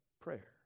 prayer